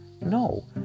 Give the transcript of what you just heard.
No